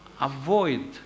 avoid